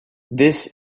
this